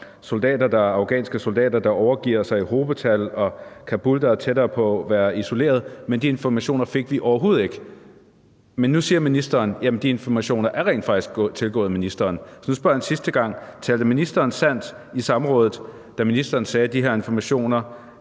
af afghanske soldater, der overgav sig i hobetal, og hvor Kabul var tættere på at være isoleret, fik vi overhovedet ikke de informationer. Nu siger ministeren, at de informationer rent faktisk er tilgået ministeren. Nu spørger jeg en sidste gang: Talte ministeren sandt i samrådet, da ministeren sagde: De informationer